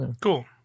cool